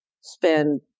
spend